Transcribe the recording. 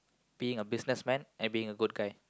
being a business man and being a good guy